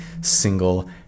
single